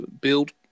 build